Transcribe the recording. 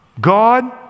God